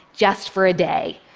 just for a day.